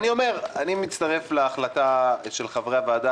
אני מצטרף להחלטה של חברי הוועדה,